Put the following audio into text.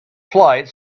flight